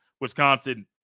Wisconsin